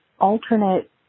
alternate